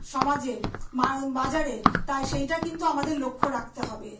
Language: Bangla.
সমাজে বাজারে তাই সেইটা কিন্তু আমাদের লক্ষ্য রাকতে হবে